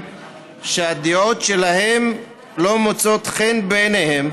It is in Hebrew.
שהדעות שלהם לא מוצאות חן בעיניהם,